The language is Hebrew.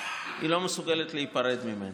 היא לא מסוגלת להיפרד ממנו.